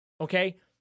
okay